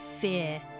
fear